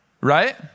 Right